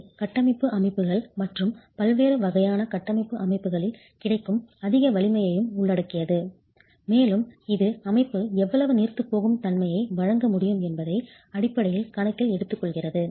இது கட்டமைப்பு அமைப்புகள் மற்றும் பல்வேறு வகையான கட்டமைப்பு அமைப்புகளில் கிடைக்கும் அதிக வலிமையையும் உள்ளடக்கியது மேலும் இது அமைப்பு எவ்வளவு நீர்த்துப்போகும் தன்மையை வழங்க முடியும் என்பதை அடிப்படையில் கணக்கில் எடுத்துக்கொள்கிறது